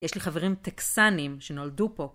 יש לי חברים טקסנים שנולדו פה.